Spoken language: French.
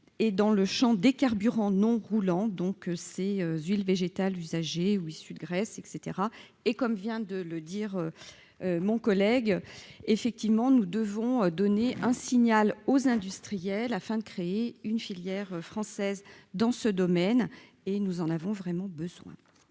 et dans le Champ des carburants non roulant donc ces huiles végétales usagées ou issues de graisses, et cetera et comme vient de le dire, mon collègue, effectivement, nous devons donner un signal aux industriels afin de créer une filière française dans ce domaine et nous en avons vraiment besoin.